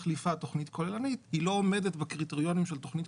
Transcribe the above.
יש קריטריון של החוק וכל מבנה שתואם את הקריטריונים של החוק